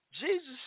Jesus